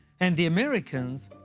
and the americans,